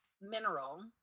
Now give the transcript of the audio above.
mineral